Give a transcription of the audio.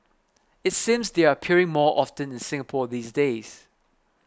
it seems they're appearing more often in Singapore these days